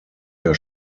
der